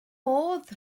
modd